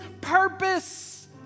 purpose